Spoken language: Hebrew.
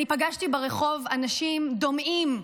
אני פגשתי ברחוב אנשים דומעים,